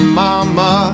mama